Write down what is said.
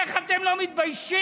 איך אתם לא מתביישים?